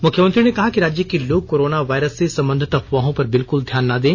मुख्यमंत्री ने कहा कि राज्य के लोग कोरोना वायरस से संबंधित अफवाहों पर बिल्कुल ध्यान ना दें